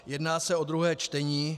Jedná se o druhé čtení.